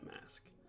mask